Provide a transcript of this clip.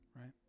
right